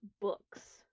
books